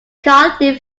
carlyle